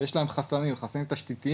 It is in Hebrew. יש להם חסמים חסמים של תשתיות,